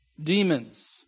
demons